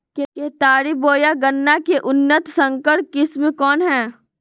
केतारी बोया गन्ना के उन्नत संकर किस्म कौन है?